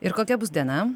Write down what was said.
ir kokia bus diena